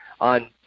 on